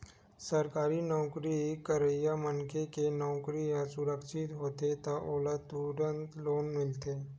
सरकारी नउकरी करइया मनखे के नउकरी ह सुरक्छित होथे त ओला तुरते लोन मिलथे